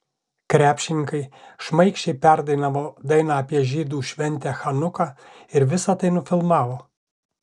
krepšininkai šmaikščiai perdainavo dainą apie žydų šventę chanuką ir visa tai nufilmavo